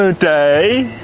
ah day